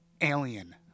Alien